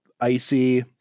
icy